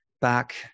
back